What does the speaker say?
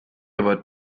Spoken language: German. aber